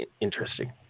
interesting